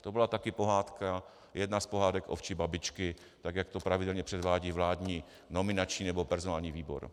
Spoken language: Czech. To byla taky pohádka, jedna z pohádek ovčí babičky, tak jak to pravidelně předvádí vládní nominační nebo personální výbor.